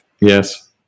Yes